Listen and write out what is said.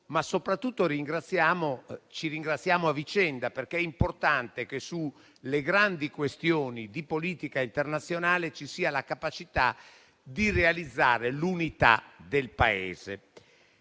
ma soprattutto ci ringraziamo a vicenda, perché è importante che, sulle grandi questioni di politica internazionale, ci sia la capacità di realizzare l'unità del Paese.